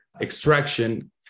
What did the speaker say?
extraction